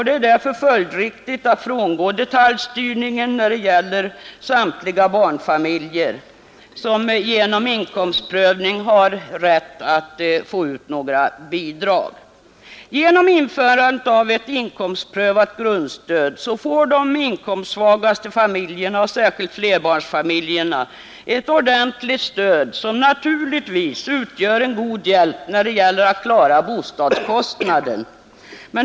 Det är därför följdriktigt att överge detaljstyrningen när det gäller samtliga barnfamiljer som efter inkomstprövning har rätt att få ut några bidrag. Genom införandet av ett inkomstprövat grundstöd får de inkomstsvagaste familjerna och särskilt flerbarnsfamiljerna ett ordentligt stöd som naturligtvis utgör en god hjälp när det gäller att klara bostadskostnaden.